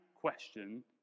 question